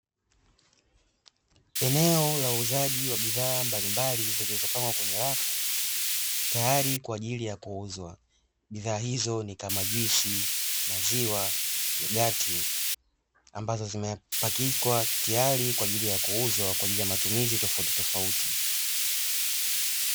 Eneo la uuzaji wa bidhaa mbalimbali zilizopangwa kwenye rafu tayari kwa ajili ya kuuzwa. Bidhaa hizo ni kama juisi, maziwa, yogati ambazo zimepakiwa tiyari kwa ajili ya kuuzwa kwa ajili ya matumizi tofautitofauti.